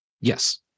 Yes